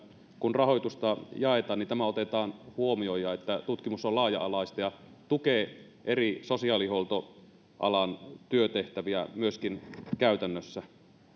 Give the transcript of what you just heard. kun rahoitusta jaetaan siitä että tämä otetaan huomioon ja että tutkimus on laaja alaista ja tukee eri sosiaalihuoltoalan työtehtäviä myöskin käytännössä